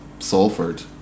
Salford